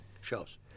shows